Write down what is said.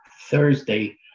Thursday